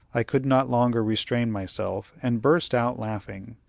i could not longer restrain myself, and burst out laughing.